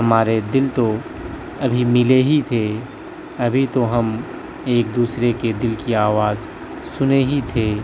ہمارے دل تو ابھی ملے ہی تھے ابھی تو ہم ایک دوسرے کی دل کی آواز سنے ہی تھے